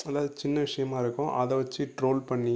அதாவது சின்ன விஷயமாக இருக்கும் அதை வெச்சி ட்ரோல் பண்ணி